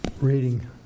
reading